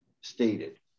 stated